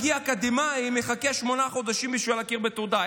אקדמאי שמגיע מחכה שמונה חודשים כדי שיכירו לו בתעודה,